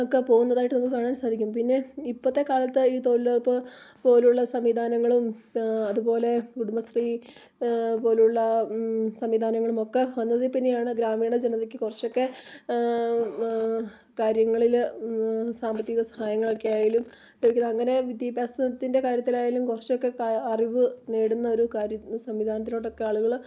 ഒക്കെ പോകുന്നതായിട്ട് നമുക്ക് കാണാൻ സാധിക്കും പിന്നെ ഇപ്പോഴത്തെ കാലത്ത് ഈ തൊഴിലുറപ്പ് പോലുള്ള സംവിധാനങ്ങളും അതുപോലെ കുടബശ്രീ പോലുള്ള സംവിധാനങ്ങളും ഒക്കെ വന്നതിൽ പിന്നെയാണ് ഗ്രാമീണ ജനതക്ക് കുറച്ചൊക്കെ കാര്യങ്ങളിൽ സാമ്പത്തിക സഹായങ്ങളക്കെ ആയാലും ലഭിക്കുന്ന അങ്ങനെ വിദ്യാഭ്യാസത്തിൻ്റെ കാര്യത്തിലായാലും കുറച്ചൊക്കെ ക അറിവ് നേടുന്ന ഒരു കാര്യം സംവിധാനത്തിലോട്ട് ഒക്കെ ആളുകൾ